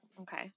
Okay